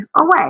away